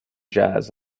jazz